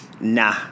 Nah